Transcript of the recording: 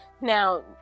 Now